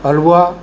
ਹਲਵਾ